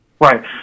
Right